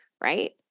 Right